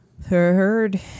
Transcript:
third